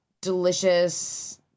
delicious